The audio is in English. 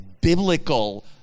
biblical